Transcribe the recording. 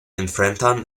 enfrentan